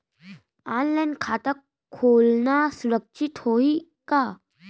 Online खाता खोलना सुरक्षित होही का?